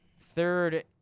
Third